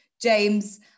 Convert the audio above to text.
James